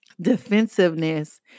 defensiveness